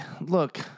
Look